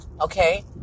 Okay